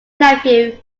nephew